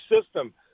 system –